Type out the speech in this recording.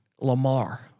Lamar